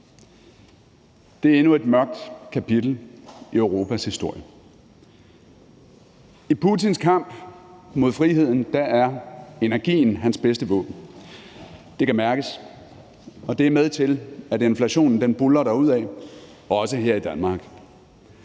Det er endnu et mørkt kapitel i Europas historie. I Putins kamp mod friheden er energien hans bedste våben. Det kan mærkes, og det er medvirkende til, at inflationen buldrer derudad, også her i Danmark.